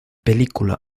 película